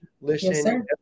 listen